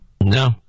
No